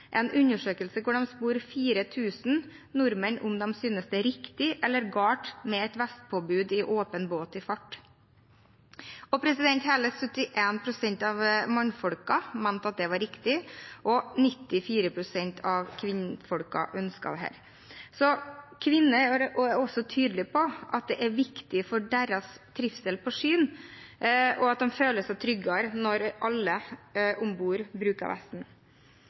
en undersøkelse hvor de spurte 4 000 nordmenn om de syntes det var riktig eller galt med et vestpåbud i åpen båt i fart. Hele 71 pst. av mennene mente at det var riktig, og 94 pst. av kvinnene ønsket dette. Kvinner er også tydelige på at det er viktig for deres trivsel på sjøen, og at de føler seg tryggere når alle